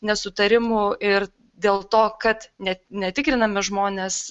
nesutarimų ir dėl to kad net netikrinami žmonės